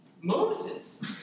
Moses